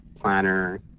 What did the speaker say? planner